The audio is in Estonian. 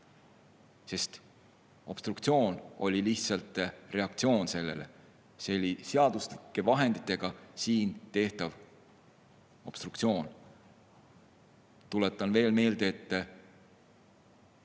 Obstruktsioon oli lihtsalt reaktsioon sellele, see oli seaduslike vahenditega siin tehtav obstruktsioon. Tuletan meelde, et